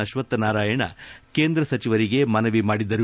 ಅಕ್ವತ್ಥನಾರಾಯಣ ಕೇಂದ್ರ ಸಚಿವರಿಗೆ ಮನವಿ ಮಾಡಿದರು